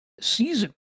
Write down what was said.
season